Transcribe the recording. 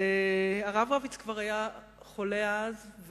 והרב רביץ כבר היה חולה אז,